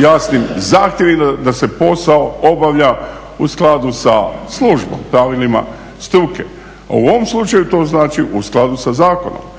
jasnim zahtjevima da se posao obavlja u skladu sa službom, pravilima struke. A u ovom slučaju to znači u skladu sa zakonom.